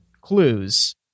clues